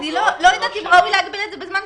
אני לא יודעת אם ראוי להגביל את זה בזמן,